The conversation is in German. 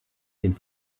den